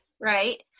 right